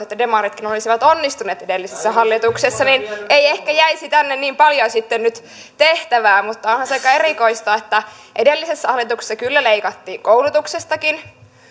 että demaritkin olisivat onnistuneet edellisessä hallituksessa ei ehkä olisi jäänyt tänne niin paljoa sitten nyt tehtävää onhan se aika erikoista että edellisessä hallituksessa kyllä leikattiin koulutuksestakin